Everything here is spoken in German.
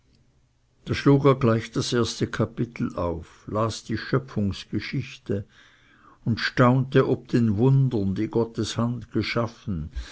schlug er gleich das erste kapitel auf las die schöpfungsgeschichte und staunte ob den wundern die gottes hand geschaffen